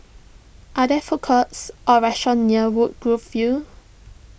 are there food courts or restaurants near Woodgrove View